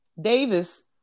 Davis